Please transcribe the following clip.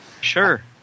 sure